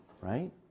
right